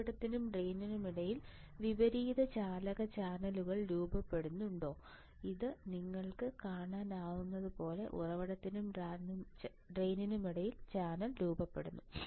ഉറവിടത്തിനും ഡ്രെയിനിനുമിടയിൽ വിപരീതചാലക ചാനലുകൾ രൂപപ്പെടുന്നുണ്ടോ ഇത് നിങ്ങൾക്ക് കാണാനാകുന്നതുപോലെ ഉറവിടത്തിനും ഡ്രെയിനിനുമിടയിൽ ചാനൽ രൂപപ്പെടുന്നു